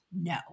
no